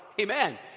Amen